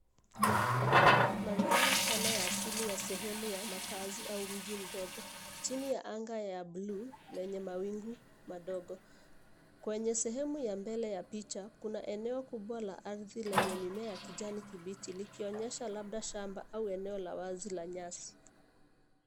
Mandhari pana ya asili ya sehemu ya makaazi au mji mdogo. Chini ya anga ya buluu lenye mawingu madogo. Kwenye sehemu ya mbele ya picha kuna eneo kubwa la ardhi lenye mimea ya kijani kibichi, likionyesha labda shamba au eneo la wazi la nyasi.